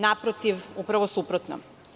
Naprotiv, upravo suprotno.